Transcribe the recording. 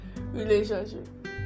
relationship